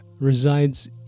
resides